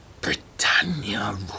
Britannia